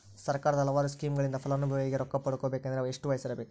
ಸರ್ಕಾರದ ಹಲವಾರು ಸ್ಕೇಮುಗಳಿಂದ ಫಲಾನುಭವಿಯಾಗಿ ರೊಕ್ಕ ಪಡಕೊಬೇಕಂದರೆ ಎಷ್ಟು ವಯಸ್ಸಿರಬೇಕ್ರಿ?